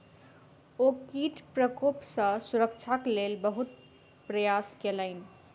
ओ कीट प्रकोप सॅ सुरक्षाक लेल बहुत प्रयास केलैन